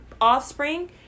offspring